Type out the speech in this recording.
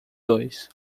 dois